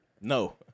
No